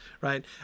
right